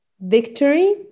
victory